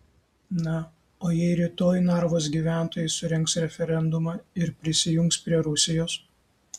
na o jei rytoj narvos gyventojai surengs referendumą ir prisijungs prie rusijos